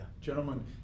gentlemen